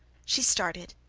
she started,